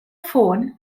phone